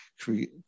create